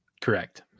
Correct